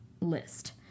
list